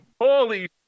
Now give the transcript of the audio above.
Holy